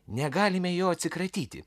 negalime jo atsikratyti